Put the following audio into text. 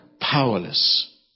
powerless